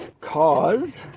cause